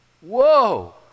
Whoa